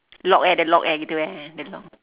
lock eh the lock eh begitu eh the lock